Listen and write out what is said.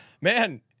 man